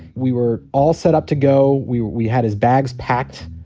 we were all set up to go we we had his bags packed,